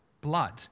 blood